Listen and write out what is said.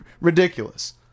ridiculous